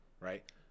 right